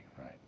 right